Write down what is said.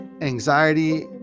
anxiety